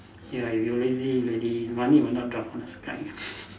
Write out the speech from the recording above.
ya you lazy already money will not drop from the sky